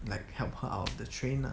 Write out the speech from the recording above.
like help her out of the train lah